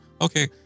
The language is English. okay